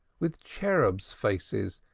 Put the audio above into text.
with cherubs' faces,